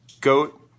goat